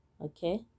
okay